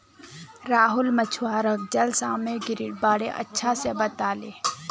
राहुल मछुवाराक जल सामागीरीर बारे अच्छा से बताले